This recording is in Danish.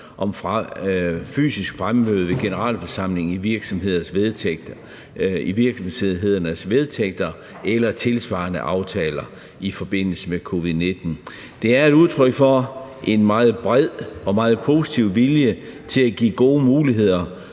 om fysisk fremmøde ved generalforsamling i virksomheders vedtægter eller tilsvarende aftaler i forbindelse med covid-19. Det er et udtryk for en meget bred og meget positiv vilje til at give gode muligheder